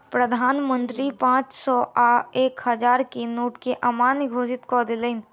प्रधान मंत्री पांच सौ आ एक हजार के नोट के अमान्य घोषित कय देलैन